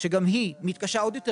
שגם היא מתקשה עוד יותר.